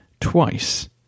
twice